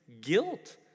guilt